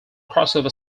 crossover